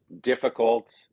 difficult